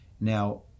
Now